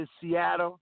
Seattle